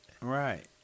Right